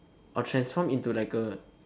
I'll transform into like a